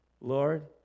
Lord